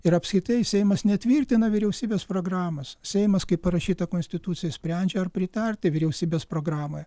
ir apskritai seimas netvirtina vyriausybės programos seimas kaip parašyta konstitucijoj sprendžia ar pritarti vyriausybės programai